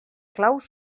claus